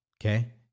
Okay